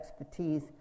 expertise